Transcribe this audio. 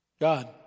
God